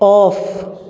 off